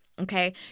okay